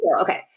Okay